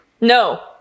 No